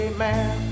Amen